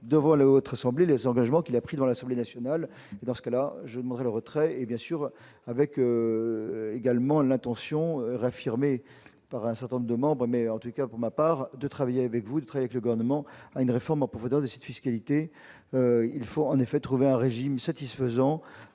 devant la Haute rassembler les engagements qu'il a pris dans l'Assemblée nationale et dans ce cas là, je le retrait et, bien sûr, avec également l'intention réaffirmée par un certain nombre de membres, mais en tout cas pour ma part de travail avec voudrait que le gouvernement a une réforme pour vous donner cette fiscalité, il faut en effet trouvé un régime satisfaisant